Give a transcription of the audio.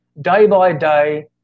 Day-by-day